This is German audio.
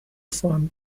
form